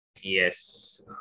yes